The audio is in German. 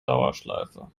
dauerschleife